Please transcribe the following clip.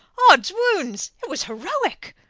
oddswounds! it was heroic!